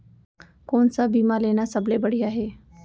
कोन स बीमा लेना सबले बढ़िया हे?